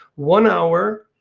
one hour